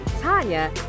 Tanya